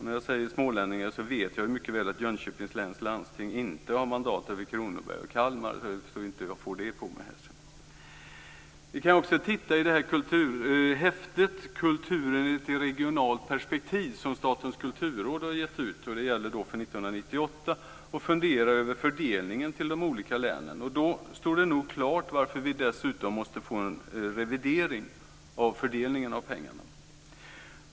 När jag talar om Småland vill jag säga att jag mycket väl vet att Jönköpings läns landsting inte har mandat över Kronoberg och Kalmar. Vi kan också titta i häftet Kulturen i ett regionalt perspektiv, som Statens Kulturråd har gett ut 1998, och fundera över fördelningen till de olika länen. Då står det nog klart varför det måste ske en revidering av fördelningen av pengarna.